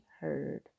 heard